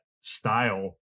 style